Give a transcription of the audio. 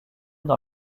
dans